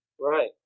Right